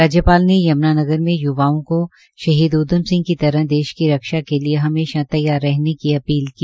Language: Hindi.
राज्यपाल ने यम्नानगर में य्वाओं को उद्यम सिंह की तरह देश की रक्षा के लिए हमेशा तैयार रहने की अपील की